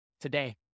today